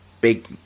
big